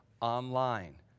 online